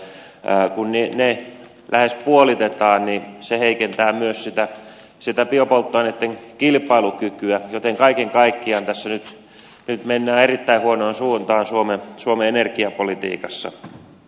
kun ne lähes puolitetaan se heikentää myös sitä biopolttoaineitten kilpailukykyä joten kaiken kaikkiaan tässä nyt mennään erittäin huonoon suuntaan suomen energiapolitiikassa